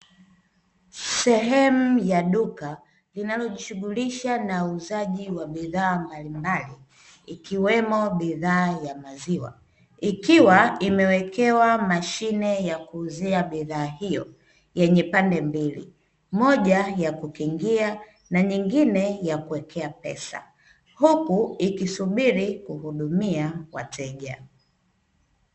Sehemu ya duka linalojishughulisha na uuzaji wa bidhaa mbalimbali ikiwemo bidhaa ya maziwa ikiwa imewekewa mashine ya kuuzia bidhaa hiyo yenye pande mbili, moja ya kukingia na nyingine ya kuwekea pesa huku ikisubiri kuhudumia wateja.